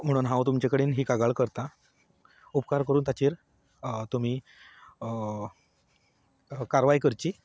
म्हणून हांव तुमचे कडेन ही कागाळ करतां उपकार करून ताचेर तुमी कारवाय करची